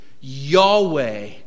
Yahweh